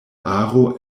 aro